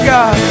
God